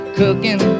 cooking